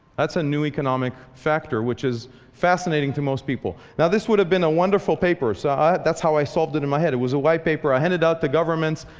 that's a new economic factor, which is fascinating to most people. now this would have been a wonderful paper. ah that's how i solved it in my head. it was a white paper i handed out to governments.